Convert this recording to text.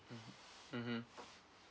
mmhmm